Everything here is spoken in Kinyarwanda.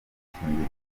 agakingirizo